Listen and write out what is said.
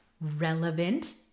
relevant